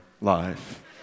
life